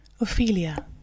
Ophelia